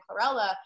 chlorella